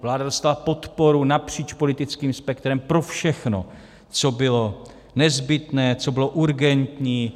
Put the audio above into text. Vláda dostala podporu napříč politickým spektrem pro všechno, co bylo nezbytné, co bylo urgentní.